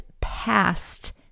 past